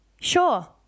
sure